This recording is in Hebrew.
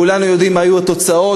כולנו יודעים מה היו התוצאות,